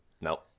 no